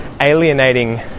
alienating